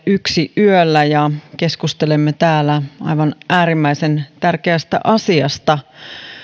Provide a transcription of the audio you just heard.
yksi yöllä ja keskustelemme täällä aivan äärimmäisen tärkeästä asiasta